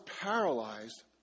paralyzed